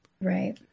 Right